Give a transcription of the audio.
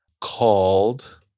called